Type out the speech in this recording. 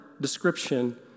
description